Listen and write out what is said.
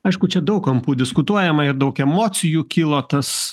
aišku čia daug kampų diskutuojama ir daug emocijų kyla tas